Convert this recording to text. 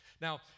Now